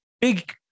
big